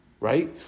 right